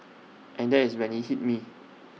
and there is when IT hit me